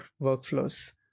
workflows